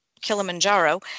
Kilimanjaro